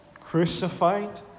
crucified